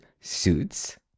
suits